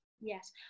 yes